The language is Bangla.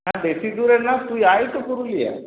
না বেশি দূরে না তুই আয় তো পুরুলিয়া